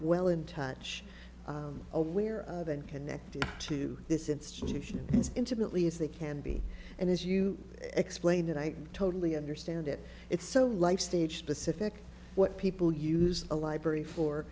well in touch aware of and connected to this institution as intimately as they can be and as you explain it i totally understand it it's so life stage specific what people use a library for